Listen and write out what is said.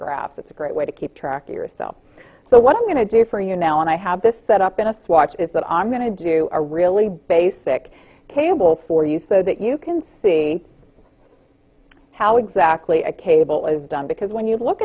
graphs it's a great way to keep track yourself so what i'm going to do for you now and i have this set up in a swatch is that i'm going to do a really basic cable for you so that you can see how exactly a cable is done because when you look